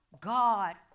God